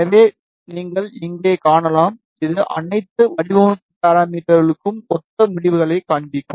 எனவே நீங்கள் இங்கே காணலாம் இது அனைத்து வடிவமைப்பு பாராமீட்டர்க்களுக்கும் ஒத்த முடிவுகளைக் காண்பிக்கும்